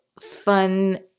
fun